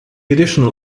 additional